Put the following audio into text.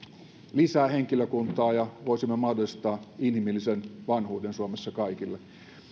lisää henkilökuntaa ja voisimme mahdollistaa inhimillisen vanhuuden suomessa kaikille